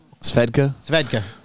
Svedka